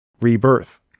Rebirth